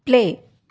play